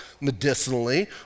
medicinally